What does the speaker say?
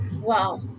wow